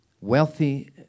wealthy